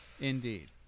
indeed